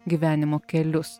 gyvenimo kelius